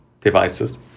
devices